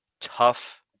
tough